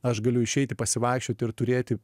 aš galiu išeiti pasivaikščioti ir turėti